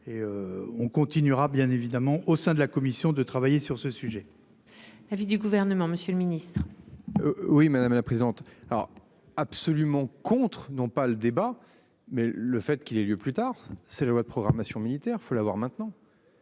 et on continuera bien évidemment au sein de la commission de travailler sur ce sujet. L'avis du gouvernement, Monsieur le Ministre. Oui madame la présidente. Alors absolument contre non pas le débat. Mais le fait qu'il ait lieu plus tard c'est la loi de programmation militaire. Faut l'avoir maintenant.